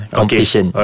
Competition